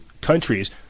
countries